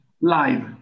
live